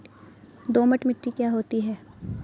दोमट मिट्टी क्या होती हैं?